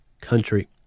Country